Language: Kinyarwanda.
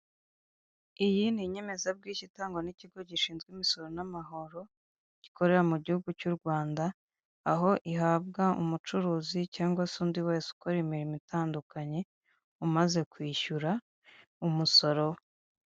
Iyi ni inyemezabwishyu itangwa n'ikigo gishinzwe imisoro n'amahoro, gikorera mu gihugu cy'u Rwanda, aho ihabwa umucuruzi cyangwa se undi wese ukora imirimo itandukanye, umaze kwishyura umusoro we.